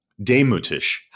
Demutisch